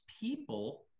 people